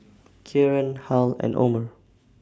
Kieran Harl and Omer